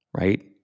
right